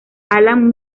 alan